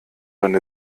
eine